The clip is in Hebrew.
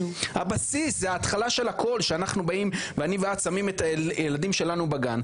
הבסיס זה ההתחלה של הכול שאנחנו באים ואני ואת שמים את הילדים שלנו בגן,